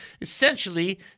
essentially